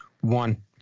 one